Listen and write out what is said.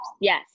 yes